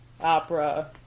opera